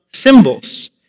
Symbols